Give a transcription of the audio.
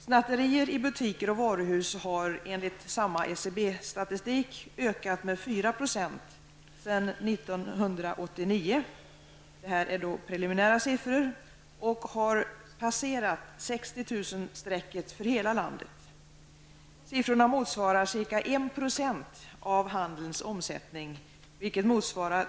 SCB-statistik ökat med 4 % sedan 1989 och har passerat 60 000-strecket för hela landet. De siffror jag nämner är preliminära.